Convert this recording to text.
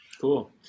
Cool